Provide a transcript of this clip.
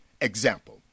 Example